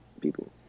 people